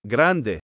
Grande